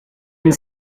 une